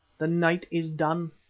the night is done,